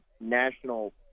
national